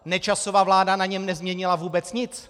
Nečasova vláda na něm nezměnila vůbec nic.